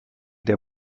der